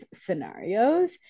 scenarios